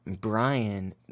Brian